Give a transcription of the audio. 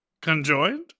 Conjoined